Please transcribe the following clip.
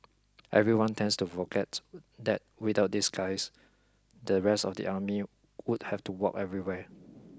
everyone tends to forget that without these guys the rest of the army would have to walk everywhere